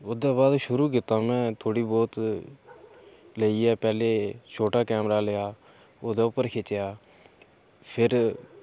ओह्दे बाद शुरू कीता में थोह्ड़ी बहुत लेइयै पैह्लें छोटा कैमरा लेआ ओह्दे उप्पर खिच्चेआ फ्ही